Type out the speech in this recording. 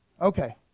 Okay